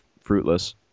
fruitless